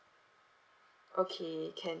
okay can